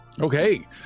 Okay